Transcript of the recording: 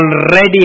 already